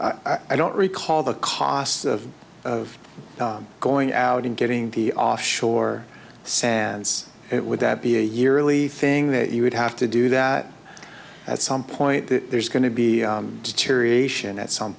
the i don't recall the costs of going out and getting the offshore sands it would that be a yearly thing that you would have to do that at some point there's going to be deterioration at some